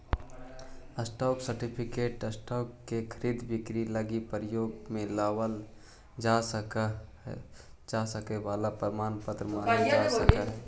stock certificate stock के खरीद बिक्री लगी प्रयोग में लावल जा सके वाला प्रमाण पत्र मानल जा सकऽ हइ